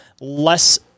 less